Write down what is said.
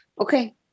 Okay